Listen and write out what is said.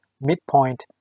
midpoint